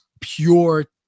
pure